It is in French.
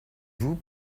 vous